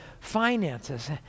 finances